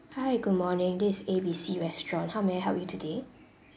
hi good morning this is A B C restaurant how may I help you today